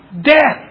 death